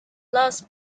last